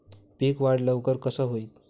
पीक वाढ लवकर कसा होईत?